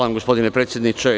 Hvala gospodine predsedniče.